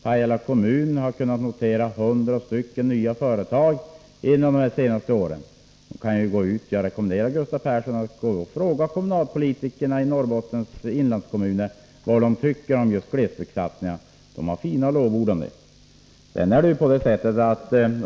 Pajala kommun har kunnat notera tillkomsten av hundra nya företag under de senaste åren. Jag rekommenderar Gustav Persson att fråga kommunalpolitiker i Norrbottens inlandskommuner vad de tycker om just glesbygdssatsningarna. De torde ha fina lovord!